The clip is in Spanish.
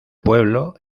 pueblo